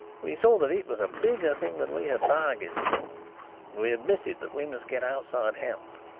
we saw that it was a bigger thing than we had bargained for and we admitted that we must get outside help.